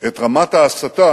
את רמת ההסתה